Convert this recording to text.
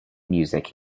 music